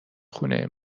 خونه